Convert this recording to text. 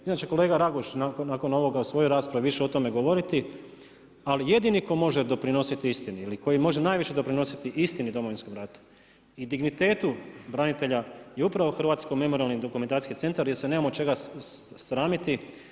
Inače kolega Raguž nakon ovoga u svojoj raspravi više o tome govoriti, ali jedini tko može doprinositi istini ili koji može najviše doprinositi istini Domovinskom ratu i dignitetu branitelja je upravo Hrvatsko memorijalno-dokumentacijski centar jer se nemamo čega sramiti.